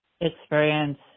experience